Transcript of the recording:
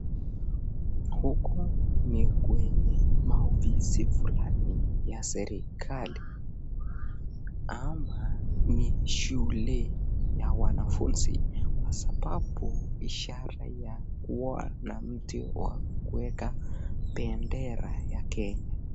Huku ni kwenye maofisi fulani ya serikali, ama ni shule ya wanafunzi kwa sasabu ishara ya kuona mti wa bendera ya Kenya.